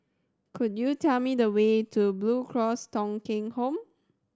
could you tell me the way to Blue Cross Thong Kheng Home